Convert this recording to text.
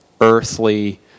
earthly